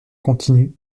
continuent